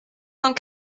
cent